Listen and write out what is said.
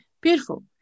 Beautiful